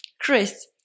Chris